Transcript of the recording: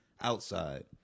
outside